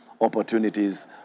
opportunities